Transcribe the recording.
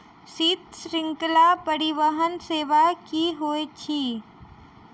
शीत श्रृंखला परिवहन सेवा की होइत अछि?